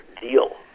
deal